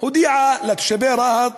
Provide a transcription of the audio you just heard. הודיעה לתושבי רהט